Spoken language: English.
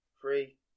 Three